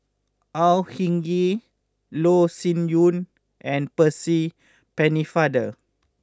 Au Hing Yee Loh Sin Yun and Percy Pennefather